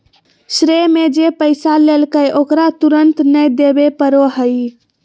श्रेय में जे पैसा लेलकय ओकरा तुरंत नय देबे पड़ो हइ